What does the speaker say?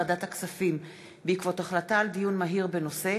ועדת הכספים בעקבות דיון מהיר בהצעתן